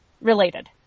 related